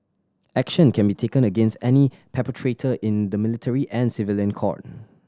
action can be taken against any perpetrator in the military and civilian court